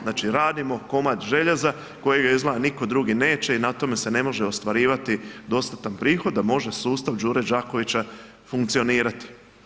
Znači radimo komad željeza kojega izgleda nitko drugi neće i na tome se ne može ostvarivati dostatan prihod da može sustav Đure Đakovića funkcionirati.